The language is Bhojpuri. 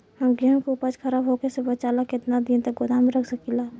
हम गेहूं के उपज खराब होखे से बचाव ला केतना दिन तक गोदाम रख सकी ला?